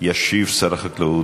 ישיב שר החקלאות.